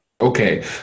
Okay